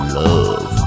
love